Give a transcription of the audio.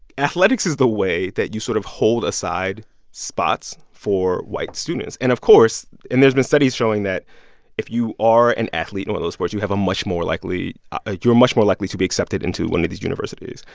athletics is the way that you sort of hold aside spots for white students. and, of course and there's been studies showing that if you are an athlete in and one of those sports, you have a much more likely ah you're much more likely to be accepted into one of these universities.